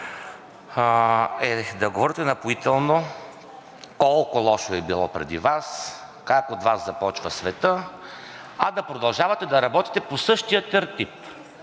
е да говорите напоително колко лошо е било преди Вас, как от Вас започва светът, а да продължавате да работите по същия тертип